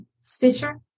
Stitcher